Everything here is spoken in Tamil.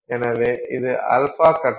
எனவே இது α கட்டம்